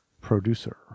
producer